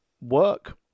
Work